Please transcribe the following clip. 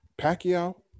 pacquiao